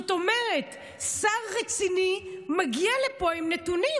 זאת אומרת, שר רציני מגיע לפה עם נתונים.